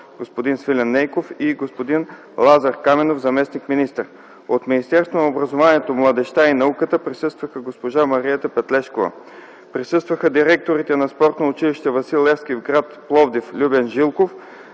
господин Свилен Нейков и господин Лазар Каменов – заместник-министър. От Министерството на образованието, младежта и науката присъства госпожа Мариета Петлешкова. Присъстваха директорите на Спортното училище „Васил Левски” в град Пловдив Любен Жилков,